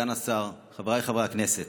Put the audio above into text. סגן השר, חבריי חברי הכנסת,